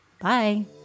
Bye